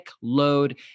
load